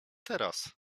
teraz